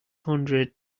hundred